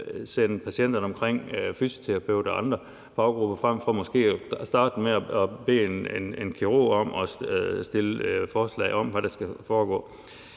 sende patienterne omkring fysioterapeuter og andre faggrupper frem for måske at starte med at bede en kirurg om at stille forslag om, hvad der skal foregå.